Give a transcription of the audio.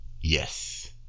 Yes